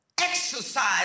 exercise